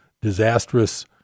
disastrous